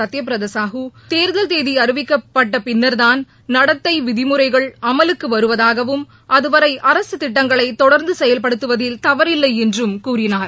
சத்யபிரத சாஹூ தேர்தல் தேதி அறிவிக்கப்பட்ட பின்னா் நடத்தை நெறிமுறைகள் அமலுக்கு வருவதாகவும் அதுவரை அரசு திட்டங்களை தொடர்ந்து தான் செயல்படுத்துவதில் தவறில்லை என்றும் கூறினார்